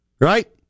Right